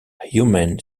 human